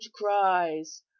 cries